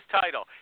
title